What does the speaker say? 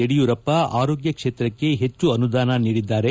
ಯಡಿಯೂರಪ್ಪ ಆರೋಗ್ಯ ಕ್ಷೇತ್ರಕ್ಕೆ ಹೆಚ್ಚು ಆನುದಾನ ನೀಡಿದ್ದಾರೆ